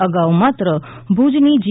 અગાઉ માત્ર ભુજની જી